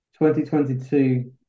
2022